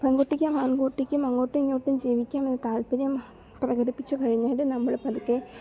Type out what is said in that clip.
പെൺകുട്ടിക്കും ആൺകുട്ടിക്കും അങ്ങോട്ടും ഇങ്ങോട്ടും ജീവിക്കാൻ താല്പര്യം പ്രകടിപ്പിച്ചു കഴിഞ്ഞാൽ നമ്മൾ പതുക്കെ